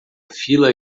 fila